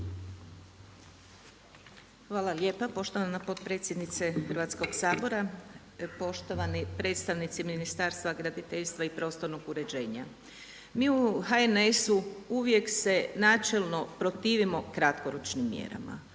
Hvala lijepa poštovana potpredsjednice Hrvatskog sabora, poštovani predstavnici Ministarstva graditeljstva i prostornog uređenja. Mi u HNS-u uvijek se načelno protivimo kratkoročnim mjerama,